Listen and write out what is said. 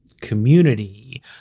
community